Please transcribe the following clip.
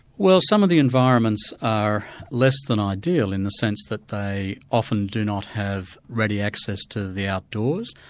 well some of the environments are less than ideal in the sense that they often do not have ready access to the outdoors,